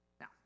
Now